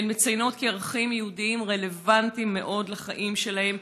והן מציינות כי ערכים יהודיים רלוונטיים מאוד לחיים שלהן,